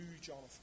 jonathan